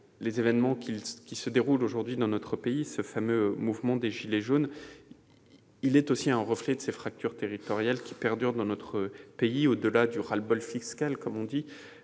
les événements qui se déroulent actuellement dans notre pays- le fameux mouvement des « gilets jaunes » -sont le reflet de ces fractures territoriales qui perdurent dans notre pays. Au-delà du ras-le-bol fiscal, pour